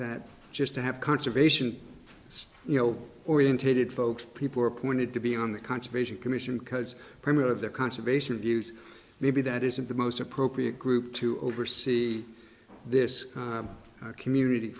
that just to have conservation you know orientated folks people are appointed to be on the conservation commission because permit of the conservation of use maybe that isn't the most appropriate group to oversee this community